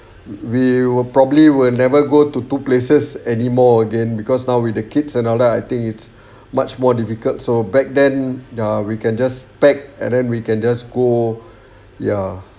we will probably will never go to two places anymore again because now with the kids and all that I think it's much more difficult so back then ya we can just pack and then we can just go ya